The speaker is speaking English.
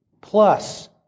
plus